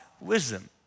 wisdom